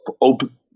open